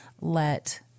let